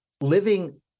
living